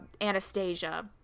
Anastasia